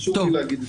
חשוב לי להגיד את זה.